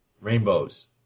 rainbows